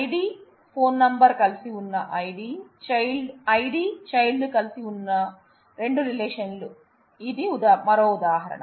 ID phone number కలిసి ఉన్న ID child లు కలిసి ఉండే రెండు రిలేషన్ లకు ఇది మరో ఉదాహరణ